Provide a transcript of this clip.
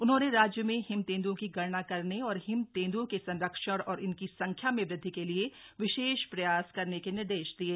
उन्होंने राज्य में हिम तेंद्ओं की गणना करने और हिम तेंद्रओं के सरंक्षण और इनकी संख्या में वृद्धि के लिए विशेष प्रयास करने के निर्देश दिये